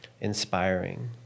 inspiring